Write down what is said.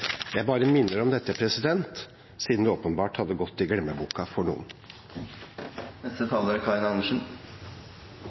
Jeg bare minner om dette, siden det åpenbart hadde gått i glemmeboka for noen.